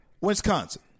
Wisconsin